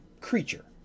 creature